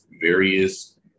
various